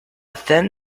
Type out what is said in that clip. thin